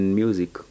music